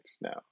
now